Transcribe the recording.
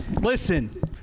Listen